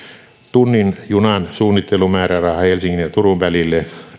tunnin junan suunnittelumääräraha helsingin ja turun välille